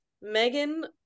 Megan